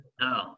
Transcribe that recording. No